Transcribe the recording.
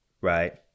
right